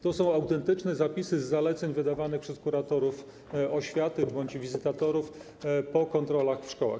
To są autentyczne zapisy z zaleceń wydawanych przez kuratorów oświaty bądź wizytatorów po kontrolach w szkołach.